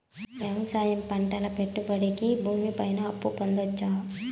వ్యవసాయం పంటల పెట్టుబడులు కి భూమి పైన అప్పు పొందొచ్చా?